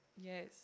Yes